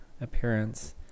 appearance